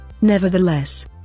Nevertheless